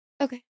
Okay